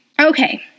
Okay